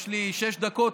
יש לי שש דקות,